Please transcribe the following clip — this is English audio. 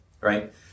right